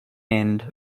end